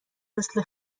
مثل